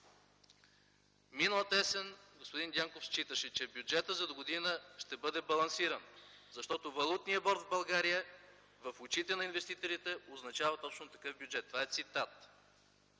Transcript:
Миналата есен господин Дянков считаше, че бюджетът за догодина ще бъде балансиран, защото валутният борд в България в очите на инвеститорите означава точно такъв бюджет. Това е цитат.